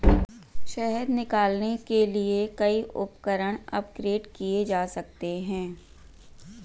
शहद निकालने के लिए कई उपकरण अपग्रेड किए जा सकते हैं